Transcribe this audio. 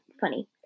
funny